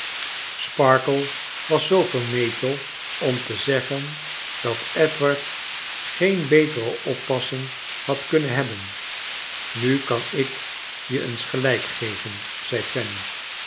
sparkler was zoo vermetel om te zeggen dat edward geen betere oppassing had kunnen hebben nu kan ik je eens gelijk geven zei